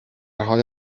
حال